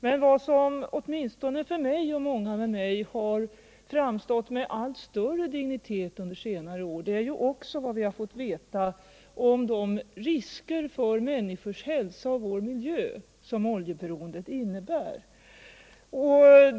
Men vad som för mig och många andra har framstått med allt större dignitet under senare år är vad vi har fått veta om de risker för människors hälsa och för vår miljö som oljeberoendet innebär.